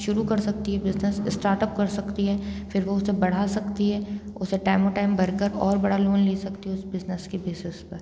शुरू कर सकती है बिज़नेस स्टार्टअप कर सकती है फिर वो उसे बढ़ा सकती है उसे टाइम ओ टाइम भरकर और बड़ा लोन ले सकती है उस बिज़नेस के बेसिस पर